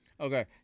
Okay